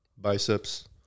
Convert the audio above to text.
biceps